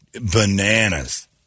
bananas